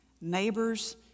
neighbors